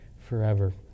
forever